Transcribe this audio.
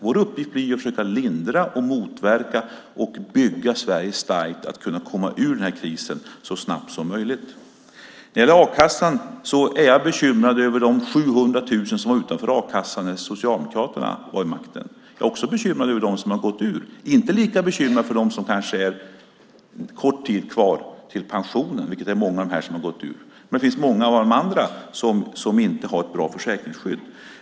Vår uppgift blir att försöka lindra och motverka krisen och bygga Sverige starkt för att kunna komma ur den så snabbt som möjligt. När det gäller a-kassan är jag bekymrad över de 700 000 som stod utanför a-kassan när Socialdemokraterna var vid makten. Jag är också bekymrad över dem som har lämnat den. Jag är inte lika bekymrad över dem som har kort tid kvar till pensionen, vilket många har av dem som har gått ur a-kassan. Men det finns många av de andra som inte har ett bra försäkringsskydd.